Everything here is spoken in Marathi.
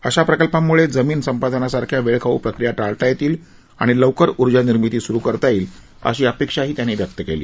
अशा प्रकल्पांमुळे जमिन संपादनासारख्या वेळखाऊ प्रक्रिया टाळता येतील आणि लवकर उर्जा निर्मिती सुरू करता येईल अशी अपेक्षा देखील त्यांनी व्यक्त केली